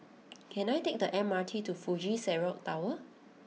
can I take the M R T to Fuji Xerox Tower